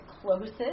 closest